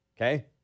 Okay